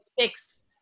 fix